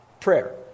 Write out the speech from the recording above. prayer